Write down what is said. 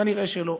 כנראה שלא.